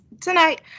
Tonight